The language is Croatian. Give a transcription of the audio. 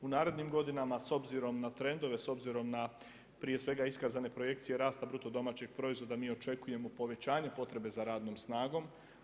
U narednim godinama s obzirom na trendove, s obzirom prije svega iskazane projekcije rasta BDP-a mi očekujemo povećanje potrebe za radnom snagom.